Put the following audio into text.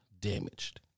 Damaged